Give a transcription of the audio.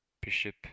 Bishop